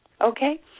okay